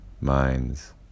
minds